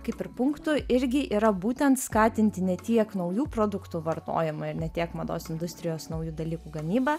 kaip ir punktų irgi yra būtent skatinti ne tiek naujų produktų vartojimą ir ne tiek mados industrijos naujų dalykų gamybą